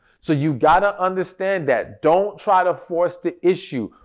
so, you got to understand that don't try to force the issue.